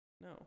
no